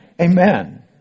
Amen